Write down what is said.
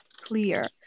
Clear